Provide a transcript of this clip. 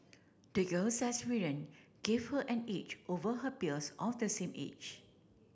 the girl's experience gave her an edge over her peers of the same age